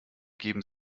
geben